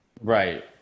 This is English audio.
right